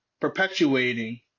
perpetuating